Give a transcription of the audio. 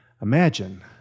imagine